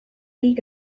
league